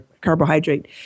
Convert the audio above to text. carbohydrate